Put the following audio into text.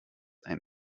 einen